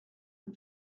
him